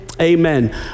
amen